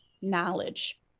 knowledge